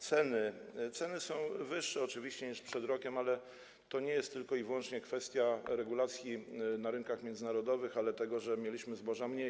Ceny są wyższe oczywiście niż przed rokiem, ale to nie jest tylko i wyłącznie kwestia regulacji na rynkach międzynarodowych, ale i tego, że mieliśmy zboża mniej.